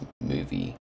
movie